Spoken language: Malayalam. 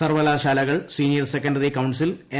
സർവ്വകലാശാലകൾ സീനിയർ സെക്കൻ്ററി കൌൺസിൽ എൻ